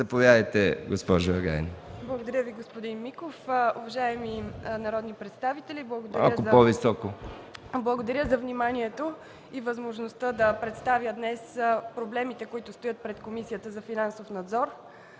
Заповядайте, госпожо Агайн. РАЛИЦА АГАЙН: Благодаря Ви, господин Миков. Уважаеми народни представители, благодаря за вниманието и възможността да представя днес проблемите, които стоят пред Комисията за финансов надзор.